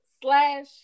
slash